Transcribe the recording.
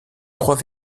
trois